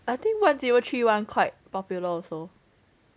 I think one zero three one quite popular also